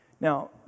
Now